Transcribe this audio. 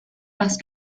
parce